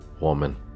woman